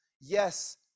Yes